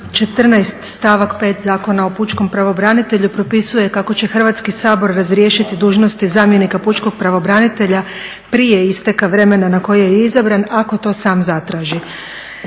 14. stavak 5. Zakona o pučkom pravobranitelju propisuje kako će Hrvatski sabor razriješiti dužnosti zamjenika pučkog pravobranitelja prije isteka vremena na koje je izabran ako to sam zatraži.